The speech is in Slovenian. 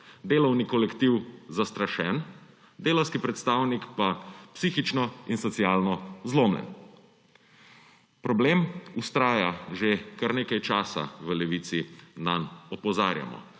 delovni kolektiv zastrašen, delavski predstavnik pa psihično in socialno zlomljen. Problem vztraja, že kar nekaj časa v Levici nanj opozarjamo,